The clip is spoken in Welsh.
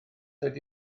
ydy